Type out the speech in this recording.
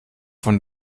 von